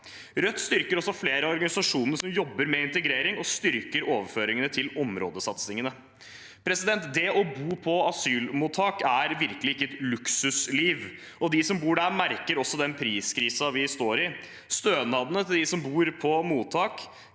Rødt styrker også flere av organisasjonene som jobber med integrering, og vi styrker overføringene til områdesatsingene. Det å bo på asylmottak er virkelig ikke et luksusliv. De som bor der, merker også den priskrisen vi står i. Stønadene til dem som bor på mottak,